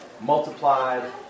multiplied